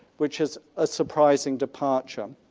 which is a surprising departure.